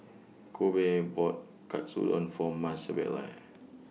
Kobe bought Katsudon For Maebelle